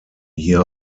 hier